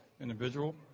individual